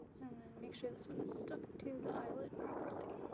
and then make sure this one is stuck to the eyelid properly.